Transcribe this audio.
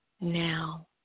now